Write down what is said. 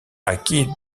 acquis